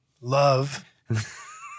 love